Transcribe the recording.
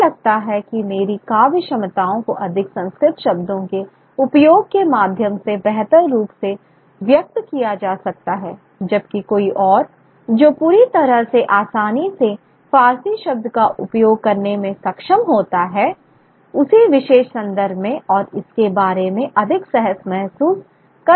मुझे लगता है कि मेरी काव्य क्षमताओं को अधिक संस्कृत शब्दों के उपयोग के माध्यम से बेहतर रूप से व्यक्त किया जा सकता है जबकि कोई और जो पूरी तरह से आसानी से फारसी शब्द का उपयोग करने में सक्षम होता है उसी विशेष संदर्भ में और इसके बारे में अधिक सहज महसूस कर सकता है